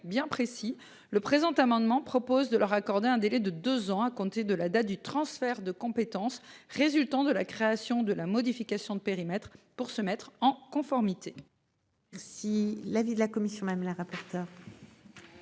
bien précis. Le présent amendement propose de leur accorder un délai de 2 ans à compter de la date du transfert de compétences résultant de la création de la modification de périmètre pour se mettre en conformité. Si l'avis de la commission, même la rapporteure.